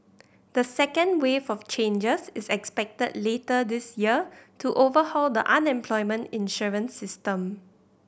the second wave of changes is expected later this year to overhaul the unemployment insurance system